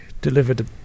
delivered